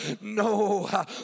No